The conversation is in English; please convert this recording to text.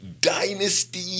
Dynasty